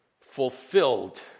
fulfilled